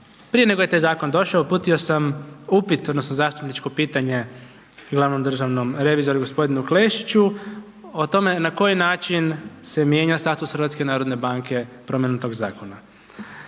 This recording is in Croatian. prije nego je taj zakon došao uputio sam upit, odnosno zastupničko pitanje glavnom državnom revizoru g. Klešiću o tome na koji način se mijenja status HNB-a promjenom tog zakona.